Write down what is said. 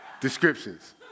descriptions